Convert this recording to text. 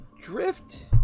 drift